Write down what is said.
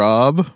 Rob